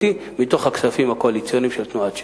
מתוך הכספים הקואליציוניים של תנועת ש"ס.